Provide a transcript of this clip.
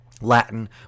Latin